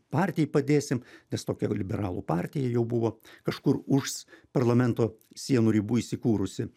partijai padėsim nes tokia liberalų partija jau buvo kažkur už parlamento sienų ribų įsikūrusi